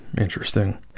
Interesting